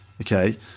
Okay